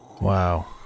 Wow